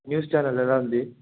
news channel ఎలా ఉంది